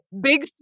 big